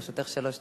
לרשותך שלוש דקות.